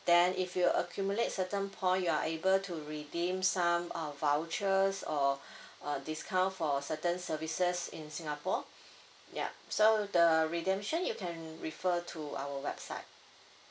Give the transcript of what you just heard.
then if you accumulate certain point you are able to redeem some uh vouchers or uh discount for certain services in singapore ya so the redemption you can refer to our website